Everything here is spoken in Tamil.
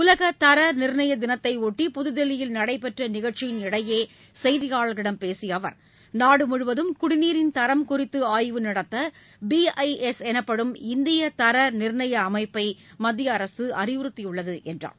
உலக தரநிர்ணய தினத்தை ஒட்டி புதுதில்லியில் நடைபெற்ற நிகழ்ச்சியின் இடையே செய்தியாளர்களிடம் பேசிய அவர் நாடுமுழுவதும் குடிநீரின் தரம் குறித்த ஆய்வு நடத்த பிஐஎஸ் எனப்படும் இந்திய தரநிர்ணய அமைப்பை மத்திய அரசு அறிவுறுத்தியுள்ளது என்றார்